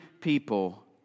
people